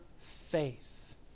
faith